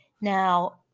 Now